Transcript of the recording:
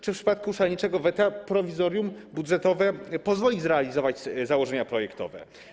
Czy w przypadku szaleńczego weta prowizorium budżetowe pozwoli zrealizować założenia projektowe?